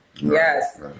Yes